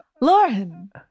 Lauren